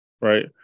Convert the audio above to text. Right